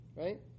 right